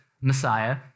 Messiah